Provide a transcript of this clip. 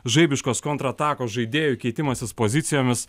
žaibiškos kontratakos žaidėjų keitimasis pozicijomis